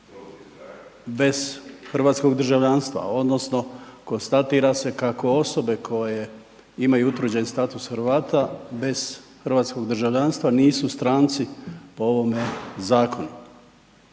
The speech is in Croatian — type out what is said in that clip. bez hrvatskog državljanstva odnosno konstatira se kako osobe koje imaju utvrđen status Hrvata bez hrvatskog državljanstva nisu stranci po ovome zakonu.